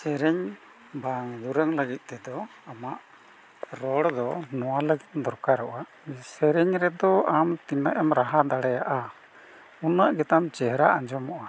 ᱥᱮᱨᱮᱧ ᱵᱟᱝ ᱫᱩᱨᱟᱹᱝ ᱞᱟᱹᱜᱤᱫ ᱛᱮᱫᱚ ᱟᱢᱟᱜ ᱨᱚᱲᱫᱚ ᱱᱚᱣᱟ ᱞᱟᱹᱜᱤᱫ ᱫᱚᱨᱠᱟᱨᱚᱜᱼᱟ ᱥᱮᱨᱮᱧ ᱨᱮᱫᱚ ᱟᱢ ᱛᱤᱱᱟᱹᱜ ᱮᱢ ᱨᱟᱦᱟ ᱫᱟᱲᱮᱭᱟᱜᱼᱟ ᱩᱱᱟᱹᱜ ᱜᱮᱛᱟᱢ ᱪᱮᱦᱨᱟ ᱟᱸᱡᱚᱢᱚᱜᱼᱟ